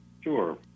Sure